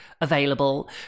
available